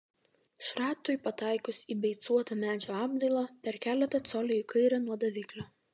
šratui pataikius į beicuotą medžio apdailą per keletą colių į kairę nuo daviklio